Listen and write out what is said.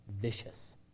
vicious